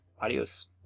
Adios